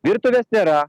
virtuvės nėra